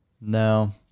No